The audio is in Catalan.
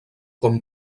com